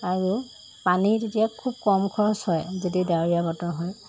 আৰু পানী তেতিয়া খুব কম খৰচ হয় যদি ডাৱৰীয়া বতৰ হয়